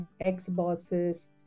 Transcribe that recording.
ex-bosses